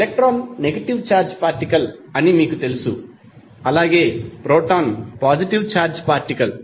electron negative charge particle అని మీకు తెలుసు అలాగే ప్రోటాన్ పాజిటివ్ ఛార్జ్ పార్టికల్